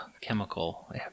chemical